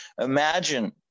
imagine